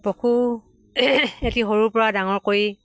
পশু এটি সৰুৰ পৰা ডাঙৰ কৰি